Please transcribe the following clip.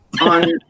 on